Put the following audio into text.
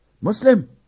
Muslim